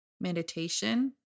meditation